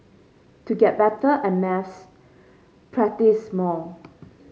to get better at maths practise more